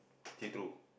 see through